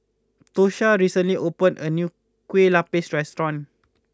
Tosha recently opened a new Kueh Lupis restaurant